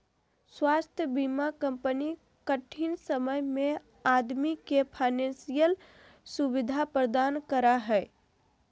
स्वास्थ्य बीमा कंपनी कठिन समय में आदमी के फाइनेंशियल सुविधा प्रदान करा हइ